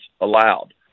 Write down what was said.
allowed